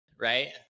right